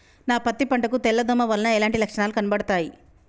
నా పత్తి పంట కు తెల్ల దోమ వలన ఎలాంటి లక్షణాలు కనబడుతాయి?